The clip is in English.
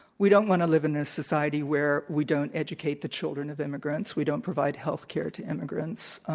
we don't want to live in their society where we don't educate the children of immigrants, we don't provide healthcare to immigrants,